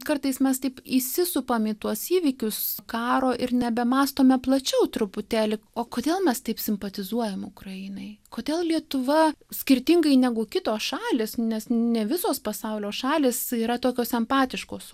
kartais mes taip įsisupam į tuos įvykius karo ir nebemąstome plačiau truputėlį o kodėl mes taip simpatizuojam ukrainai kodėl lietuva skirtingai negu kitos šalys nes ne visos pasaulio šalys yra tokios empatiškos